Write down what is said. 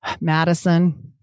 Madison